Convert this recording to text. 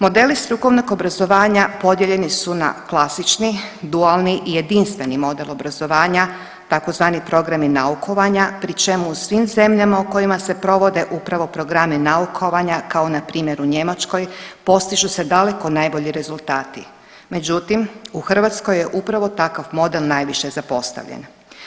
Modeli strukovnog obrazovanja podijeljeni su na klasični, dualni i jedinstveni model obrazovanja tzv. programi naukovanja pri čemu u svim zemljama u kojima se provodi upravo programi naukovanja kao npr. u Njemačkoj postižu se daleko najbolji rezultat, međutim, u Hrvatskoj je upravo takav model najviše zapostavljen.